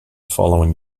following